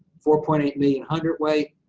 four point eight million hundredweight,